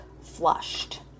flushed